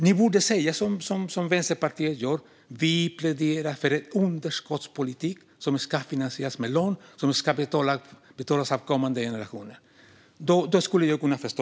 Ni borde säga som Vänsterpartiet gör: Vi pläderar för en underskottspolitik som ska finansieras med lån, som ska betalas av kommande generationer. Då skulle jag kunna förstå.